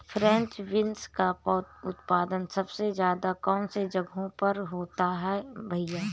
French beans का उत्पादन सबसे ज़्यादा कौन से जगहों पर होता है भैया?